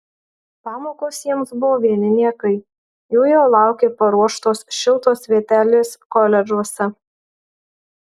pamokos jiems buvo vieni niekai jų jau laukė paruoštos šiltos vietelės koledžuose